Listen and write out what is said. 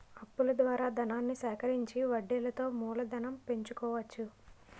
అప్పుల ద్వారా ధనాన్ని సేకరించి వడ్డీలతో మూలధనం పెంచుకోవచ్చు